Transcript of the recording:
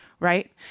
Right